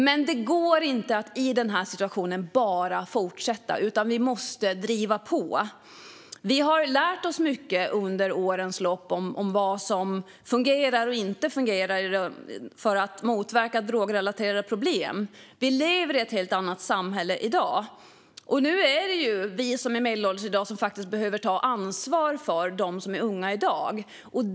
Men i den här situationen går det inte att bara fortsätta, utan vi måste driva på. Vi har under årens lopp lärt oss mycket om vad som fungerar och inte fungerar när det gäller att motverka drogrelaterade problem. Vi lever i ett helt annat samhälle i dag, och det är ju faktiskt vi som är medelålders i dag som behöver ta ansvar för dem som är unga.